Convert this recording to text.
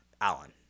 Allen